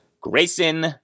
Grayson